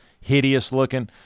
hideous-looking